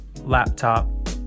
laptop